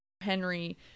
Henry